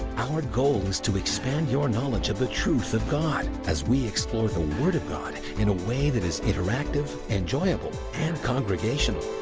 our goal is to expand your knowledge of the truth of god as we explore the word of god in a way that is interactive, enjoyable, and congregational.